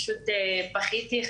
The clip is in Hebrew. פשוט בכיתי,